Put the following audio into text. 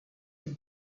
gibt